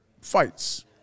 fights